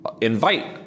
invite